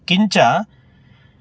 किञ्च